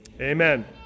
amen